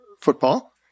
football